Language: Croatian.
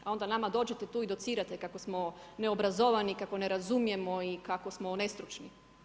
A onda nama dođete tu i docirate kako smo neobrazovani, kako ne razumijemo i kako smo nestručni.